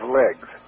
legs